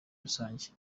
rusange